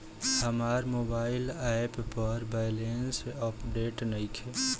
हमार mobile app पर balance update नइखे